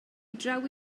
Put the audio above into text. draw